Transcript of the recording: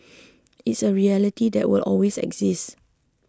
it's a reality that will always exist